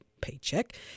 paycheck